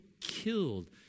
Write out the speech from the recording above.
killed